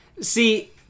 See